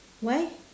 why